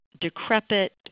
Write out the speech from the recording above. decrepit